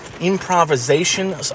improvisation